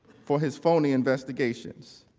for his phony investigations.